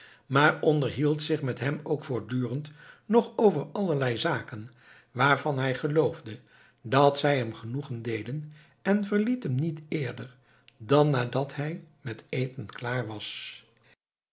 maar onderhield zich met hem ook voortdurend nog over allerlei zaken waarvan hij geloofde dat zij hem genoegen deden en verliet hem niet eerder dan nadat hij met eten klaar was